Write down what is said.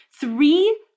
three